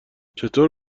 چطور